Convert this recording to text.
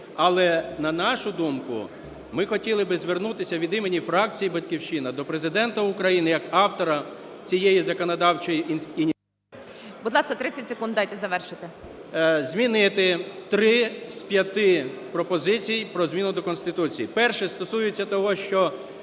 але, на нашу думку, ми хотіли би звернутися від імені фракції "Батьківщина" до Президента України як автора цієї законодавчої… ГОЛОВУЮЧИЙ. Будь ласка, 30 секунд дайте завершити. ТАРАСЮК Б.І. Змінити три з п'яти пропозицій про зміну до Конституції. Перше стосується того, що